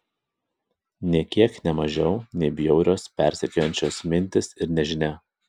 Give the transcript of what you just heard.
nė kiek ne mažiau nei bjaurios persekiojančios mintys ir nežinia